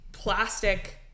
plastic